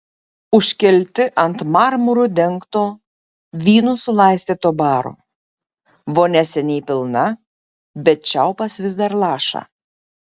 užkelti ant marmuru dengto vynu sulaistyto baro vonia seniai pilna bet čiaupas vis dar laša